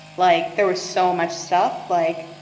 like, there was so much stuff like,